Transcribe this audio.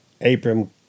Abram